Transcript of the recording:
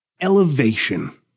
elevation